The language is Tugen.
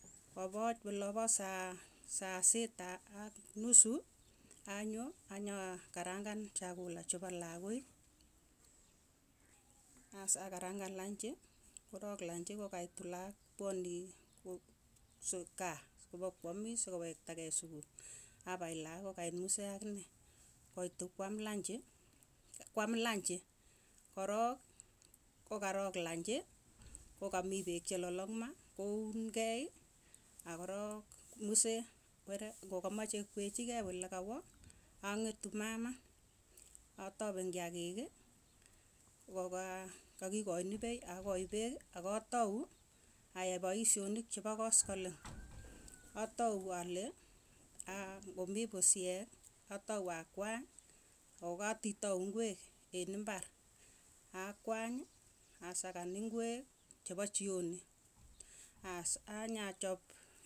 Opoch olapa saa sa sita ak nusu anyo anyakarangan chakula chepo lakoi, as akarangan lanchi, korok lanchi kokaitu laak pwani ko s kaa kopokwamis sokowekta kei sukul, apai lakok kai kokait musee akine, koitu kwam lanchi kwam lanchi korook, kokarok lanchi kokamii pek chelalang ma kounkei akorok musee were ng'okameche kwechikei olakawa, ang'etu mama, atapen kiakiik koka kakikachini pei akachi pek akatau ayai paishonik chepo koskoleng, atau ale aa ng'omii pusyek atau akwany, akokatitau ingwek eng' imbar akwany asakan ingwek chepo chioni, as anyachap.